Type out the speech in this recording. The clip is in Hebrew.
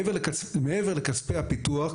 מעבר לכספי הפיתוח,